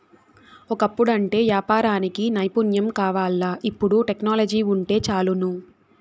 ఒకప్పుడంటే యాపారానికి నైపుణ్యం కావాల్ల, ఇపుడు టెక్నాలజీ వుంటే చాలును